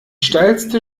steilste